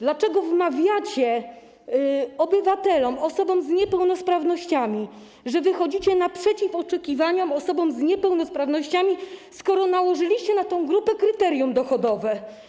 Dlaczego wmawiacie obywatelom, osobom z niepełnosprawnościami, że wychodzicie naprzeciw oczekiwaniom osób z niepełnosprawnościami, skoro nałożyliście na tę grupę kryterium dochodowe?